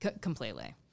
Completely